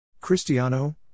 Cristiano